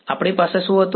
આપણી પાસે 0 શું હતું